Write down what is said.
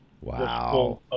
Wow